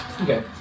Okay